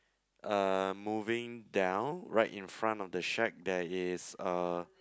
uh moving down right in front of the shack there is a